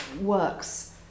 works